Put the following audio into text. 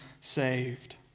saved